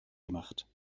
gemacht